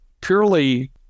purely